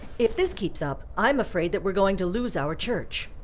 if this keeps up, i'm afraid that we're going to lose our church.